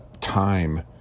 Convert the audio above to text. time